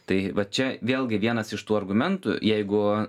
tai vat čia vėlgi vienas iš tų argumentų jeigu